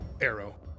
Arrow